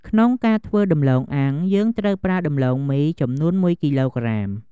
ក្នុងការធ្វើដំទ្បូងអាំង យើងត្រូវប្រើដំឡូងមី ចំនួន១គីឡូក្រាម។